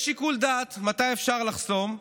יש שיקול דעת מתי אפשר לחסום,